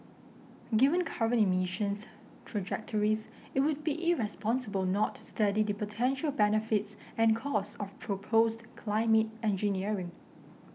given current emissions trajectories it would be irresponsible not to study the potential benefits and costs of proposed climate engineering